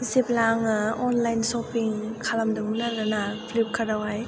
जेब्ला आङो अनलाइन सपिं खालामदोंमोन आरोना फ्लिपकार्टआवहाय